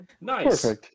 nice